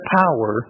power